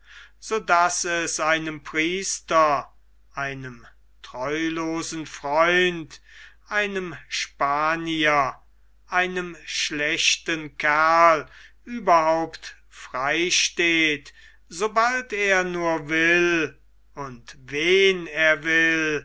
so daß es einem priester einem treulosen freund einem spanier einem schlechten kerl überhaupt frei steht sobald er nur will und wen er will